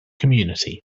community